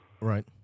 right